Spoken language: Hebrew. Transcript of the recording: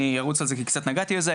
אני ארוץ על זה כי קצת נגעתי בזה.